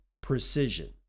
precision